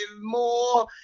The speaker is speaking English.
more